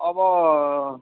अब